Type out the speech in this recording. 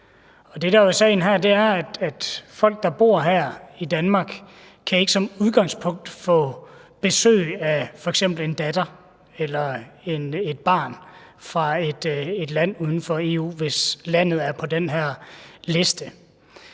folk, der bor her i Danmark, ikke som udgangspunkt kan få besøg af f.eks. et barn fra et land uden for EU, hvis landet er på den her liste.